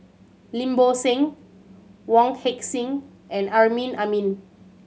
Lim Bo Seng Wong Heck Sing and Amrin Amin